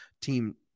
team